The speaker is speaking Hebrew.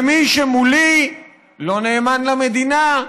ומי שמולי לא נאמן למדינה,